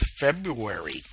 February